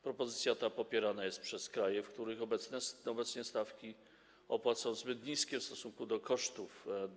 Propozycja ta popierana jest przez kraje, w których obecnie stawki opłat są zbyt niskie w stosunku do kosztów.